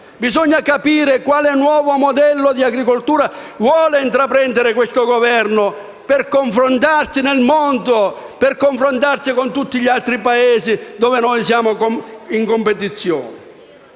Bisogna capire quale nuovo modello di agricoltura vuole adottare il Governo per confrontarsi nel mondo e con tutti gli altri Paesi con cui siamo in competizione.